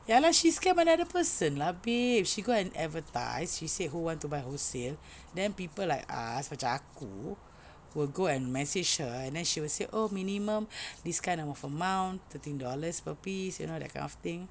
ya lah she scam another person lah babe she go and advertise she say who want to buy wholesale then people like us macam aku will go and message her and then she will say oh minimum this kind of amount thirteen dollars per piece you know that kind of thing